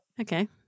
Okay